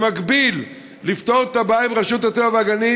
ובמקביל, לפתור את הבעיה עם רשות הטבע והגנים.